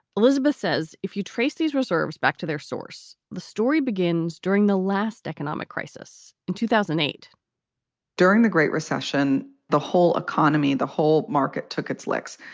elizabeth says if you trace these reserves back to their source, the story begins during the last economic crisis in two thousand and eight during the great recession the whole economy, the whole market took its licks.